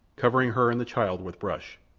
covering her and the child with brush.